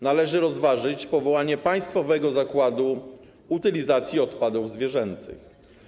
Należy rozważyć powołanie państwowego zakładu utylizacji odpadów zwierzęcych.